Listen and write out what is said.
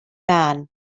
man